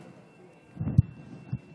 אדוני